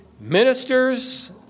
Ministers